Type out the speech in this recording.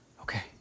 Okay